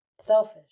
Selfish